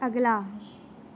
ਅਗਲਾ